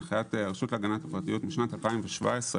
הנחיית הרשות להגנת הפרטיות משנת 2017,